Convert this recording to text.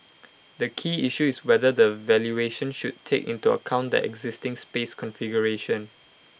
the key issue is whether the valuation should take into account that existing space configuration